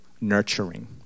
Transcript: nurturing